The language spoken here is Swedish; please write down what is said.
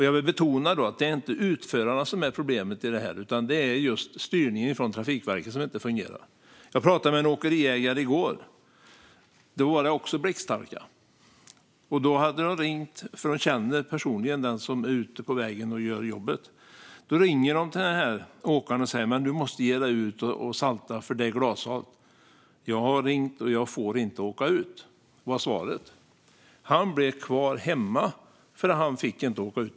Jag vill betona att det inte är utförarna som är problemet här, utan det är just att styrningen från Trafikverket inte fungerar. Jag pratade med en åkeriägare igår. Då var det också blixthalka. Åkeriägaren känner personligen de chaufförer som är ute på vägarna och gör jobbet. En av dem hade ringt till åkaren och sagt: Du måste ge dig ut och salta, för det är glashalt. Svaret blev: Jag har ringt till Trafikverket, men jag får inte åka ut. Han blev kvar hemma, för han fick inte åka ut.